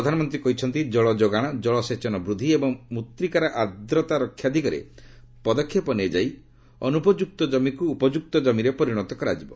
ପ୍ରଧାନମନ୍ତ୍ରୀ କହିଛନ୍ତି ଜଳ ଯୋଗାଣ ଜଳ ସେଚନ ବୃଦ୍ଧି ଏବଂ ମୂର୍ତ୍ତିକାର ଆଦ୍ରତା ରକ୍ଷା ଦିଗରେ ପଦକ୍ଷେପ ନିଆଯାଇ ଅନୁପଯୁକ୍ତ ଜମିକୁ ଉପଯୁକ୍ତ କମିରେ ପରିଣତ କରାଯିବ